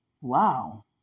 Wow